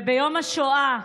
וביום השואה,